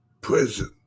prison